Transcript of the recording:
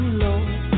Lord